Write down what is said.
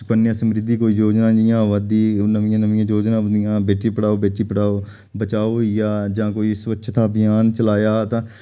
सुकन्या समृद्धि कोई योजना जि'यां आवै दी होर नमियां नमियां योजनां जि'यां बेटी पढ़ाओ बेटी बचाओ होई गेआ जां कोई स्वच्छता अभियान चलाया तां